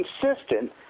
consistent